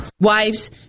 Wives